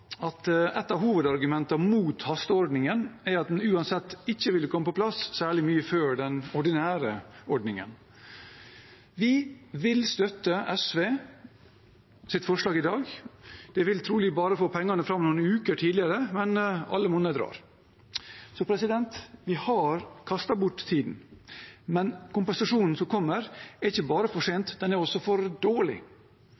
at ett av hovedargumentene mot hasteordningen er at den uansett ikke ville komme på plass særlig mye før den ordinære ordningen. Vi vil støtte SVs forslag i dag. Det vil trolig bare få pengene fram noen uker tidligere, men alle monner drar. Vi har kastet bort tiden, men kompensasjonen som kommer, er ikke bare for sen,